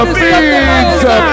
pizza